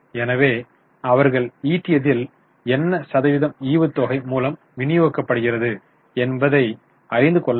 எனவே அவர்கள் ஈட்டியதில் என்ன சதவீதம் ஈவுத்தொகை மூலம் வினியோகிக்கப்படுகிறது என்பதை அறிந்து கொள்ள வேண்டும்